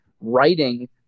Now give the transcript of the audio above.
writing